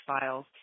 files